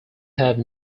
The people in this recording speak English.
have